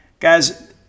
Guys